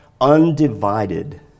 undivided